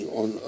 on